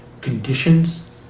conditions